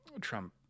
trump